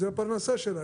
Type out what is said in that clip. זה הפרנסה שלה,